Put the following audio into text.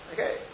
Okay